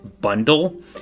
bundle